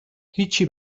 هیچی